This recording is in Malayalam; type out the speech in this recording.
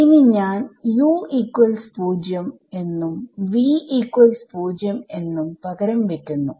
ഇനി ഞാൻ u0 എന്നും v0 എന്നും പകരം വെക്കുന്നു